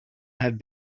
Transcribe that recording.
have